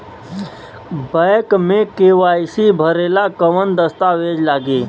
Bank मे KYC भरेला कवन दस्ता वेज लागी?